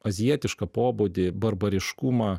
azijietišką pobūdį barbariškumą